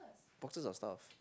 boxes of stuff